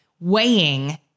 weighing